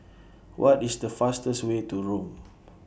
What IS The fastest Way to Rome